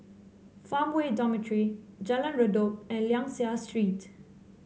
Farmway Dormitory Jalan Redop and Liang Seah Street